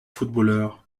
footballeur